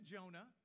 Jonah